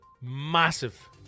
massive